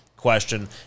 Question